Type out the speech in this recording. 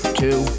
two